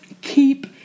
keep